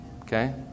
Okay